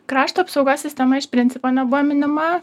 krašto apsaugos sistema iš principo nebuvo minima